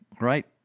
right